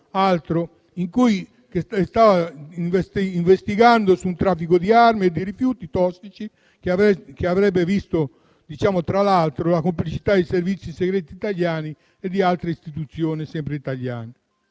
che stava investigando su un traffico di armi e di rifiuti tossici che avrebbe visto, tra l'altro, la complicità dei servizi segreti italiani e di altre istituzioni sempre italiane.